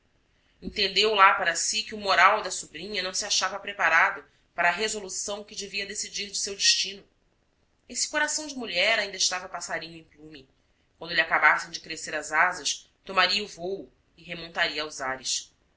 entendeu lá para si que o moral da sobrinha não se achava preparado para a resolução que devia decidir de seu destino esse coração de mulher ainda estava passarinho implume quando lhe acabassem de crescer as asas tomaria o vôo e remontaria aos ares